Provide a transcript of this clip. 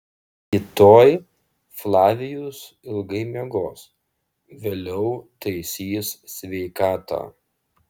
rytoj flavijus ilgai miegos vėliau taisys sveikatą